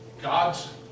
God's